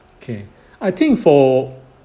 kay I think for